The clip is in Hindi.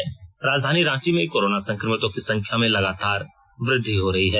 रांची कोविड राजधानी रांची में कोरोना संक्रमितों की संख्या में लगातार वृद्धि हो रही है